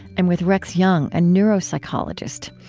i'm with rex jung, a neuropsychologist.